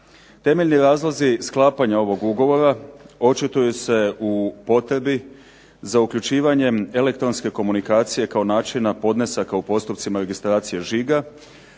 Temeljni razlozi sklapanja ovog ugovora očituju se u potrebi za uključivanjem elektronske komunikacije kao načina podnesaka u postupcima registracije žiga,